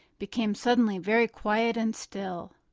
became suddenly very quiet and still.